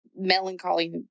melancholy